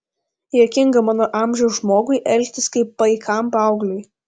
juokinga mano amžiaus žmogui elgtis kaip paikam paaugliui